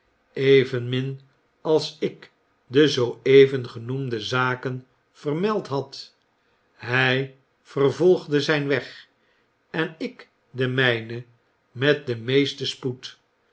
evenmin als ik de zoo even genoemde zaken verraeld had hg vervolgde zijn weg en ik den mgnen met den meesten spoed